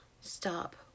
stop